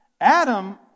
Adam